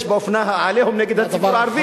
יש באופנת ה"עליהום" נגד הציבור הערבי,